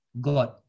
God